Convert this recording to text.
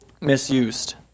misused